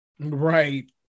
Right